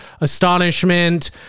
astonishment